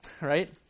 right